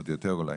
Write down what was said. עוד יותר אולי.